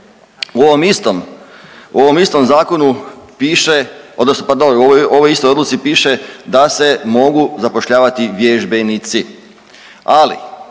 u ovom istom zakonu odnosno pardon u ovoj istoj odluci piše da se mogu zapošljavati vježbenici, ali